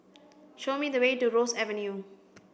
show me the way to Ross Avenue